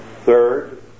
Third